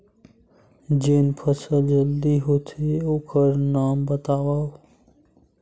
जेन फसल जल्दी होथे ओखर नाम बतावव?